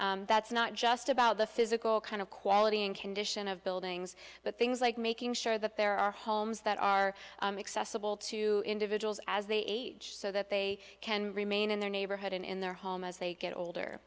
everyone that's not just about the physical kind of quality and condition of buildings but things like making sure that there are homes that are accessible to individuals as they age so that they can remain in their neighborhood and in their home as they get older